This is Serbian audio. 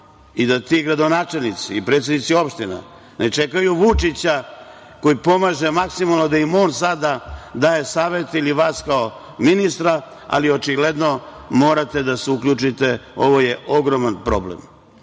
i da ti gradonačelnici i predsednici opština ne čekaju Vučića koji pomaže maksimalno da im on sada daje savete ili vas kao ministra, ali očigledno morate da se uključite. Ovo je ogroman problem. To